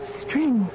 string